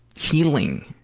healing,